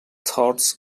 thoughts